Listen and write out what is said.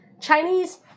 Chinese